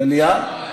מליאה.